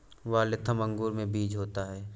Waltham अंगूर में बीज होता है